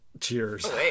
Cheers